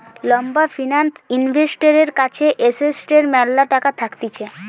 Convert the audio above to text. লম্বা ফিন্যান্স ইনভেস্টরের কাছে এসেটের ম্যালা টাকা থাকতিছে